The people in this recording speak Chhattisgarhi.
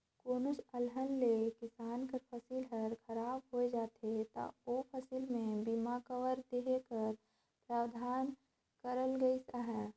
कोनोच अलहन ले किसान कर फसिल हर खराब होए जाथे ता ओ फसिल में बीमा कवर देहे कर परावधान करल गइस अहे